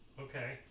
Okay